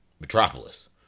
Metropolis